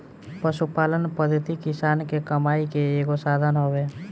पशुपालन पद्धति किसान के कमाई के एगो साधन हवे